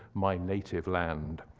my native land!